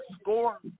score